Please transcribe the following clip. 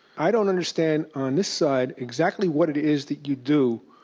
i don't understand, on this side, exactly what it is that you do,